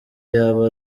yaba